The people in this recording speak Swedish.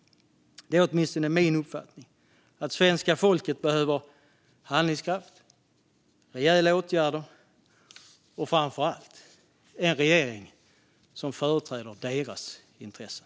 Det är åtminstone min uppfattning att svenska folket behöver handlingskraft, rejäla åtgärder och framför allt en regering som företräder deras intressen.